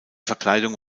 verkleidung